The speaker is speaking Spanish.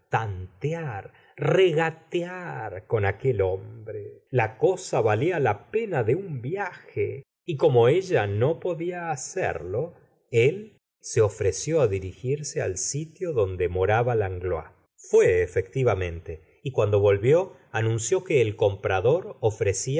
tantear regatear con aquel hombre la cosa valía la pena de un vibje y como ella no podía hacerlo él se ofreció á dirigirse al sitio donde moraba langlois fué efectivamente y cuando volvió anunció que el comprador